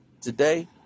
today